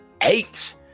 eight